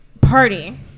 Party